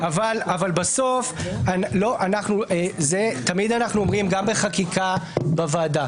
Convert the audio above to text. אבל בסוף תמיד אנחנו אומרים גם בחקיקה בוועדה